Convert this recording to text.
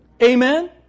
Amen